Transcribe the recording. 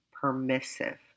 permissive